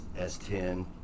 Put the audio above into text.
S10